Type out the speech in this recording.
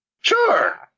Sure